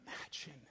Imagine